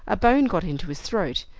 a bone got into his throat,